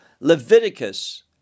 Leviticus